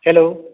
hello